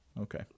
Okay